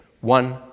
one